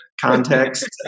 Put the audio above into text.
context